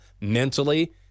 mentally